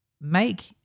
make